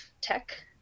tech